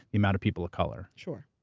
the amount of people of color. sure.